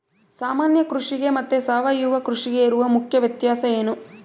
ಸಾಮಾನ್ಯ ಕೃಷಿಗೆ ಮತ್ತೆ ಸಾವಯವ ಕೃಷಿಗೆ ಇರುವ ಮುಖ್ಯ ವ್ಯತ್ಯಾಸ ಏನು?